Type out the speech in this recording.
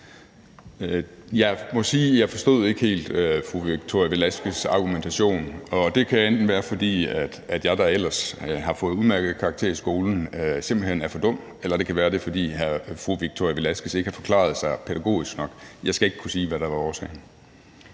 Jeg må sige, at jeg ikke helt forstod fru Victoria Velasquez' argumentation, og det kan enten være, fordi jeg, der ellers har fået udmærkede karakterer i skolen, simpelt hen er for dum, eller det kan være, fordi fru Victoria Velasquez ikke har forklaret sig pædagogisk nok. Jeg skal ikke kunne sige, hvad der var årsagen.